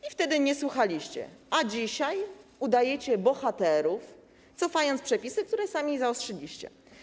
I wtedy nie słuchaliście, a dzisiaj udajecie bohaterów, cofając przepisy, które sami zaostrzyliście.